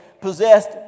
possessed